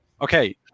okay